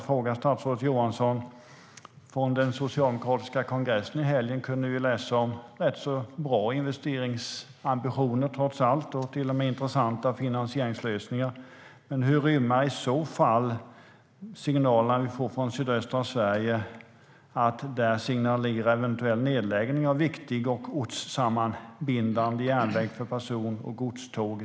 Från den socialdemokratiska kongressen i helgen kunde vi läsa om rätt så bra investeringsambitioner och intressanta finansieringslösningar. Nu får vi signaler från sydöstra Sverige om nedläggning av viktig och ortssammanbindande järnväg för persontåg och godståg.